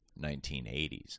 1980s